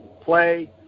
play